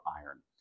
iron